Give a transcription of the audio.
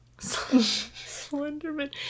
Slenderman